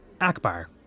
Akbar